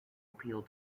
appeal